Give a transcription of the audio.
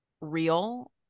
real